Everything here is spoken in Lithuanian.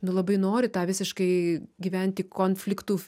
nu labai nori tą visiškai gyventi konfliktų